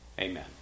Amen